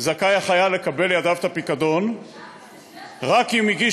זכאי החייל לקבל לידיו את הפיקדון רק אם הגיש